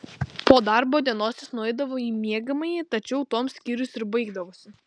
po darbo dienos jis nueidavo į miegamąjį tačiau tuom skyrius ir baigdavosi